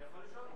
אני יכול לשאול?